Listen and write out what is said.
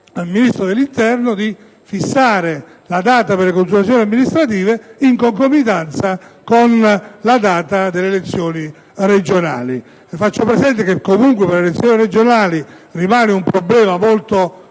al Ministro dell'interno di fissare la data per le consultazioni amministrative in concomitanza con la data delle elezioni regionali. Faccio presente che, comunque, per le elezioni regionali rimane un problema di